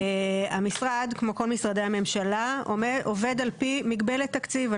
המשרד כמו כל משרדי הממשלה עובד עלפי מגבלת תקציב.